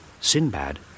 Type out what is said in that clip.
Sinbad